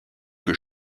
que